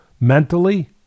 mentally